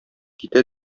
китә